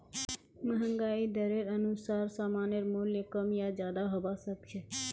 महंगाई दरेर अनुसार सामानेर मूल्य कम या ज्यादा हबा सख छ